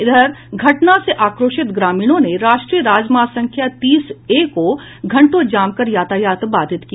इधर घटना से आक्रोशित ग्रामीणों ने राष्ट्रीय राजमार्ग संख्या तीस ए को घंटों जाम कर यातायात बाधित किया